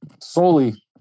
solely